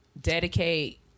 dedicate